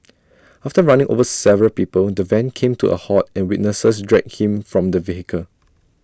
after running over several people the van came to A halt and witnesses dragged him from the vehicle